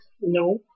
no